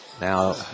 Now